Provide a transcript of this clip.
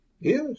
Yes